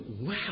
wow